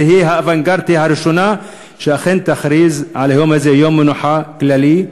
שתהיה האוונגרדיה הראשונה שאכן תכריז על היום הזה כיום מנוחה כללי.